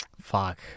Fuck